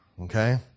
okay